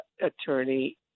attorney